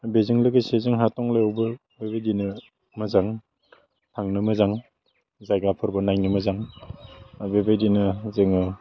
बेजों लोगोसे जोंहा टंलायावबो बेबायदिनो मोजां थांनो मोजां जायगाफोरबो नायनो मोजां आर बेबायदिनो जोङो